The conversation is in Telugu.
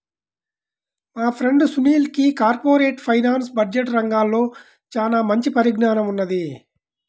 మా ఫ్రెండు సునీల్కి కార్పొరేట్ ఫైనాన్స్, బడ్జెట్ రంగాల్లో చానా మంచి పరిజ్ఞానం ఉన్నది